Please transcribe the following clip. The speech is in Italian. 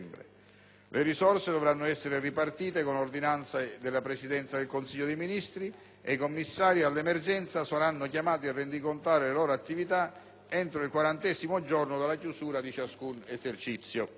Le risorse dovranno essere ripartite con ordinanze della Presidenza del Consiglio dei Ministri e i commissari all'emergenza sono chiamati a rendicontare la loro attività entro il quarantesimo giorno dalla chiusura di ciascun esercizio.